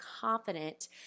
confident